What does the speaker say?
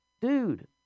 Dude